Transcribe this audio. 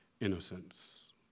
innocence